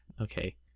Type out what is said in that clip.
okay